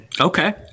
Okay